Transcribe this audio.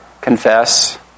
confess